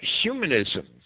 humanism